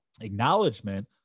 Acknowledgement